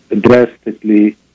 drastically